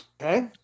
Okay